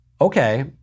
Okay